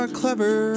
clever